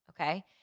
Okay